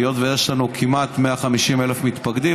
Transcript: היות שיש לנו כמעט 150,000 מתפקדים,